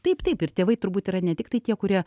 taip taip ir tėvai turbūt yra ne tiktai tie kurie